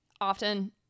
often